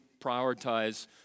prioritize